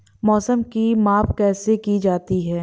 मौसम की माप कैसे की जाती है?